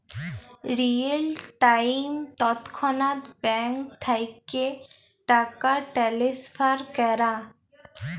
real time তৎক্ষণাৎ bank থ্যাইকে টাকা টেলেসফার ক্যরা